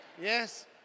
yes